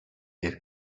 that